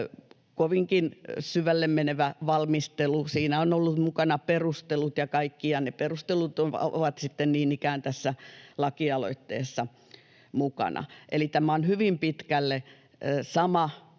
kovinkin syvälle menevä valmistelu. Siinä ovat olleet mukana perustelut ja kaikki, ja ne perustelut ovat sitten niin ikään tässä lakialoitteessa mukana. Eli tämä on hyvin pitkälle sama esitys